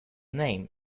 name